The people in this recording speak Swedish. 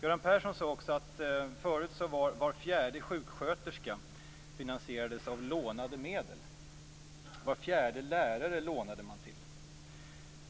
Göran Persson sade också att var fjärde sjuksköterska var finansierad av lånade medel och att man lånade till var fjärde lärare.